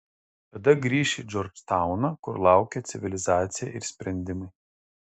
tada grįš į džordžtauną kur laukė civilizacija ir sprendimai